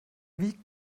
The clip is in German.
wie